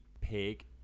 pig